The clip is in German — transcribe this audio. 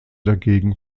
dagegen